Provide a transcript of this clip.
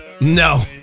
No